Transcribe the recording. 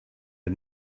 had